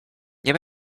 nie